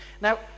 Now